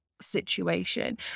situation